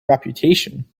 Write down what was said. reputation